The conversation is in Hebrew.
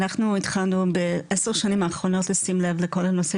אנחנו התחלנו בעשר שנים האחרונות לשים לב לכל הנושא